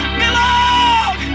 belong